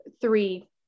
three